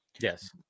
Yes